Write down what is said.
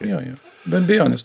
jo jo be abejonės